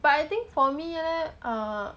but I think for me leh uh